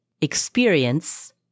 experience